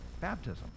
baptism